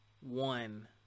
one